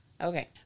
Okay